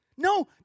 No